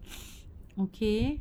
okay